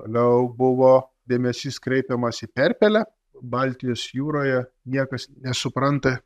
toliau buvo dėmesys kreipiamas į perpelę baltijos jūroje niekas nesupranta